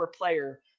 player